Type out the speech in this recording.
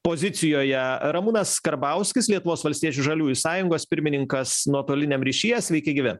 pozicijoje ramūnas karbauskis lietuvos valstiečių žaliųjų sąjungos pirmininkas nuotoliniam ryšyje sveiki gyvi